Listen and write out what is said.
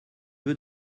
veux